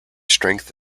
strength